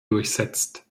durchsetzt